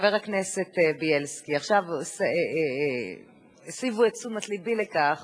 חבר הכנסת בילסקי, עכשיו הסבו את תשומת לבי לכך